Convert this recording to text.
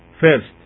first